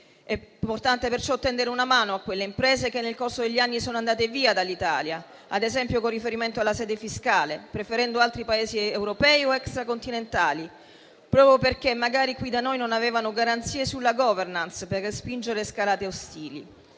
È importante perciò tendere una mano alle imprese che nel corso degli anni sono andate via dall'Italia, ad esempio con riferimento alla sede fiscale, preferendo altri Paesi europei o extracontinentali proprio perché magari qui da noi non avevano garanzie sulla *governance*, per respingere scalate ostili.